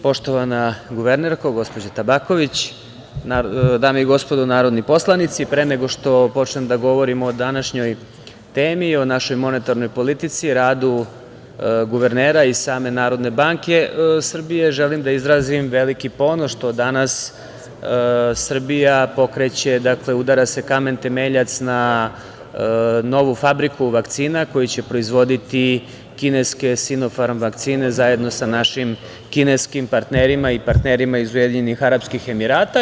Poštovana guvernerko, gospođo Tabaković, dame i gospodo narodni poslanici, pre nego što počnem da govorim o današnjoj temi, o našoj monetarnoj politici, radu guvernera i same NBS, želim da izrazim veliki ponos što danas Srbija pokreće, dakle, udara se kamen temeljac na novu fabriku vakcina koje će proizvoditi kineske „Sinofarm“ vakcine zajedno sa našim kineskim partnerima i partnerima iz Ujedinjenih Arapskih Emirata.